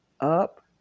up